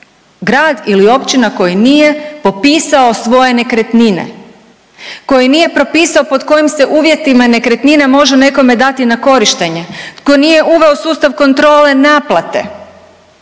grad ili općina koji nije popisao svoje nekretnine, koji nije propisao pod kojim se uvjetima nekretnina može nekome dati na korištenje, tko nije uveo sustav kontrole naplate,